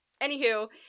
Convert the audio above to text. Anywho